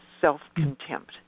self-contempt